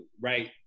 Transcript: right